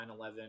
9-11